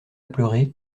pleurer